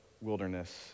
wilderness